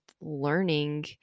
learning